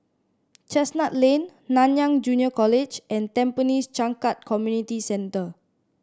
Chestnut Lane Nanyang Junior College and Tampines Changkat Community Centre